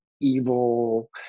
evil